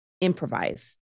improvise